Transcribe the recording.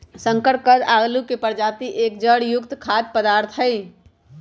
शकरकंद आलू के प्रजाति के एक जड़ युक्त खाद्य पदार्थ हई